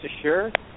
assured